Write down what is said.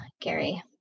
Gary